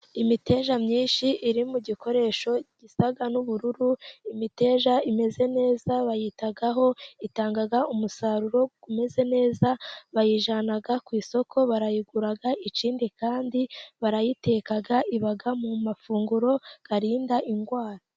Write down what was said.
Imiteja myinshi iri mu gikoresho gisa n'ubururu. imiteja imeze neza bayitaho itanga umusaruro umeze neza bayijyana ku isoko barayigua ikindi kandi barayiteka iba mu mafunguro ikarinda indwara.